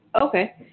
Okay